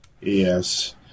Yes